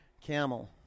camel